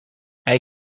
hij